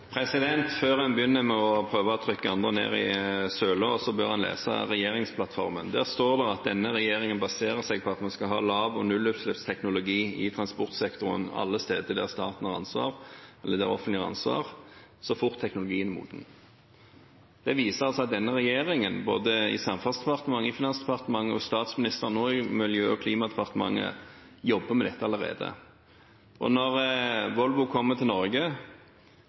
Før en begynner å prøve å trykke andre ned i søla, bør en lese regjeringsplattformen. Der står det at denne regjeringen baserer seg på at vi skal lav- og nullutslippsteknologi i transportsektoren alle steder der det offentlige har ansvar, så fort teknologien er moden. Det viser altså at denne regjeringen, både Samferdselsdepartementet, Finansdepartementet, Miljø- og klimadepartementet og statsministeren, jobber med dette allerede. Når Volvo kommer til Norge,